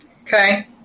Okay